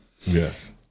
Yes